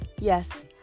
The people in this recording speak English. Yes